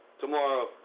tomorrow